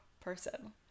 person